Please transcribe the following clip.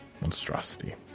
monstrosity